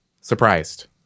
surprised